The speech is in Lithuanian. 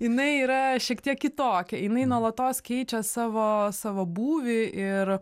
jinai yra šiek tiek kitokia jinai nuolatos keičia savo savo būvį ir